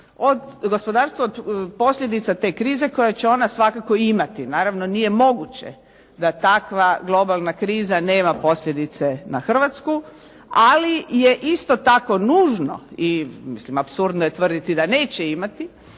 gospodarstvo od posljedica te krize koja će ona svakako imati. Naravno nije moguće da takva globalna kriza nema posljedice na Hrvatsku, ali je isto tako nužno i mislim apsurdno je tvrditi da neće imati,